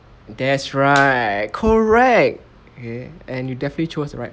that's right correct ya and you definitely chose the right